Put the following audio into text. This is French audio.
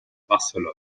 barcelone